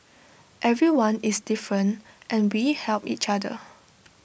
everyone is different and we help each other